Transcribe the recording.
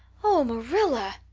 oh, marilla,